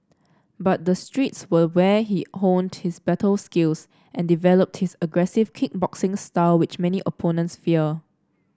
but the streets were where he honed his battle skills and developed his aggressive kick boxing style which many opponents fear